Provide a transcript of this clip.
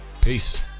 Peace